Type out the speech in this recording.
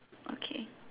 okay